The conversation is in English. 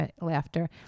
laughter